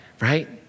Right